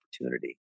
opportunity